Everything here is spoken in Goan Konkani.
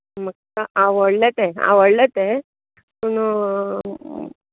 म्हाका आवडलें तें आवडलें तें पूण